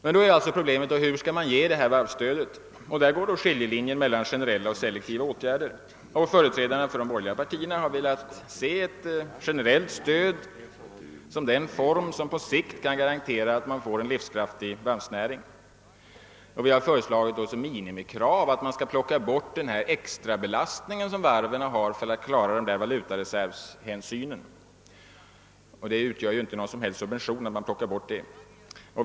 Men då är problemet, hur man skall ge detta varvsstöd. Skiljelinjen går då mellan generella och selektiva åtgärder. Företrädarna för de borgerliga partierna har velat se generella åtgärder som den stödform, vilken på: lång sikt kan garantera att man får en livskraftig varvsnäring. Vi har uppställt som minimikrav att man skall plocka bort den extra belastning som varven har på grund av valutareservshänsynen. Det innebär ju inte någon som helst subvention att man tar bort denna belastning.